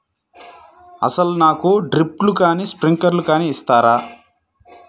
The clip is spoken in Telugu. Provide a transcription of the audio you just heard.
అసలు నాకు డ్రిప్లు కానీ స్ప్రింక్లర్ కానీ ఇస్తారా?